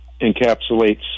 encapsulates